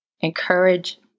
Encourage